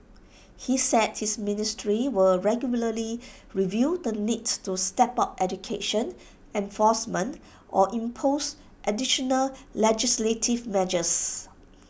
he said his ministry will regularly review the need to step up education enforcement or impose additional legislative measures